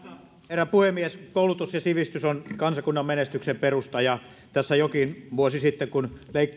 herra puhemies koulutus ja sivistys on kansakunnan menestyksen perusta tässä jokin vuosi sitten kun